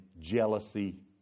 jealousy